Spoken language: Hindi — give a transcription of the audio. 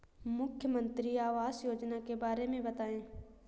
मुख्यमंत्री आवास योजना के बारे में बताए?